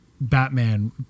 Batman